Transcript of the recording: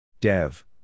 Dev